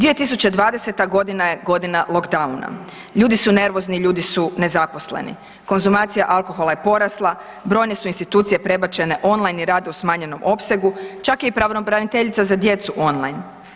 2020. g. je godina lockdowna, ljudi su nervozni, ljudi su nezaposleni, konzumacija alkohola je porasla, brojne su institucije prebačene online i rade u smanjenom opsegu, čak je i pravobraniteljica za djecu online.